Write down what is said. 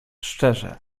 szczerze